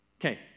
Okay